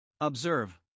Observe